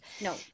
No